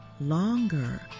longer